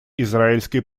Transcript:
израильской